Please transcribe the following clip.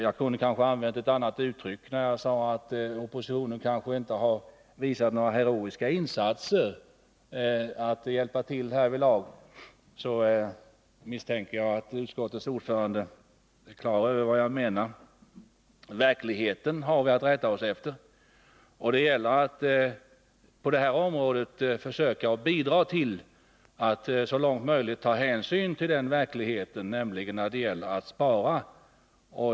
Jag kunde kanske använt ett annat uttryck när jag sade att oppositionen inte visat några heroiska insatser när det gäller att hjälpa till härvidlag. Jag misstänker dock att utskottets ordförande är klar över vad jag menar. Vi har att rätta oss efter verkligheten, och det gäller att försöka bidra till att så långt möjligt ta hänsyn till den verkligheten när det gäller att spara.